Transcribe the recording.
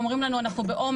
הם אומרים לנו שהם בעומס.